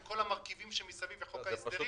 עם כל המרכיבים שמסביב ועם חוק ההסדרים.